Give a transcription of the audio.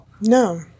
No